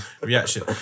reaction